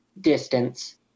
distance